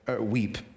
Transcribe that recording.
weep